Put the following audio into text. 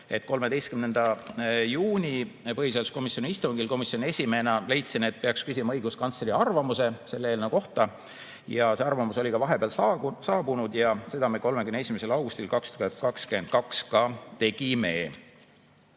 13. juuni põhiseaduskomisjoni istungil komisjoni esimehena leidnud, et peaks küsima õiguskantsleri arvamust selle eelnõu kohta. See arvamus oligi vahepeal saabunud ja seda me 31. augustil 2022 ka